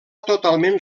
totalment